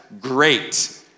great